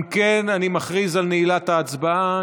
אם כן, אני מכריז על נעילת ההצבעה.